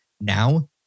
Now